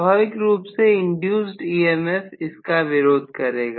स्वाभाविक रूप से इंड्यूस्ड emf इसका विरोध करेगा